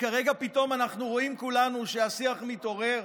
כשכרגע פתאום אנחנו רואים כולנו שהשיח מתעורר,